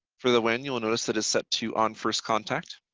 for the when, you'll notice that is set to on first contact,